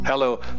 Hello